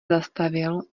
zastavil